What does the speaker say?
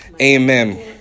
Amen